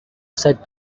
said